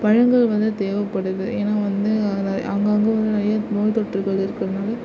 பழங்கள் வந்து தேவைபடுது ஏன்னா வந்து அதை அங்கேங்க வந்து நிறைய நோய் தொற்றுகள் இருக்கிறதுனால